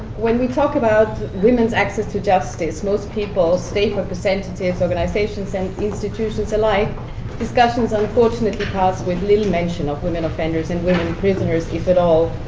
when we talk about women's access to justice, most people state representatives, organizations, and institutions, alike discussions unfortunately pass with little mention of women offenders and women prisoners, if at all.